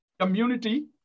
community